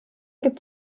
gibt